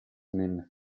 named